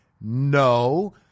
No